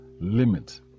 limit